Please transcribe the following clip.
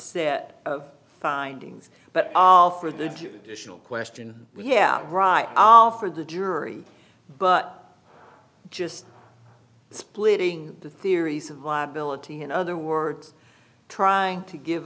set of findings but for the judicial question we have right now for the jury but just splitting the theories of viability in other words trying to give